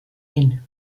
inn